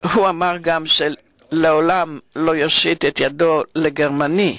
אמר שלעולם לא יושיט את ידו לגרמני,